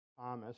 Thomas